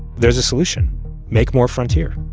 there's a solution make more frontier.